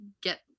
get